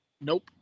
Nope